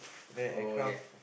oh okay